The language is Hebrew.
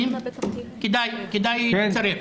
כדאי וצריך.